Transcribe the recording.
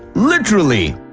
literally.